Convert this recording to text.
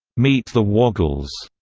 meet the woggels,